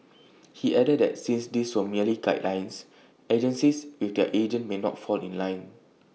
he added that since these were merely guidelines agencies and their agents may not fall in line